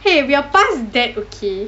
!hey! we're past that okay